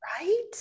Right